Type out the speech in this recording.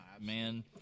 man